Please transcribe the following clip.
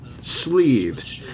sleeves